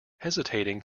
hesitating